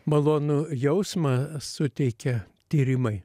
malonų jausmą suteikia tyrimai